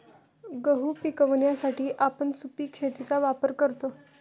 गहू पिकवण्यासाठी आपण सुपीक शेतीचा वापर करतो